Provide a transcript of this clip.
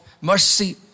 mercy